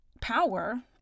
power